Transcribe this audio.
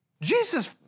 Jesus